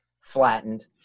flattened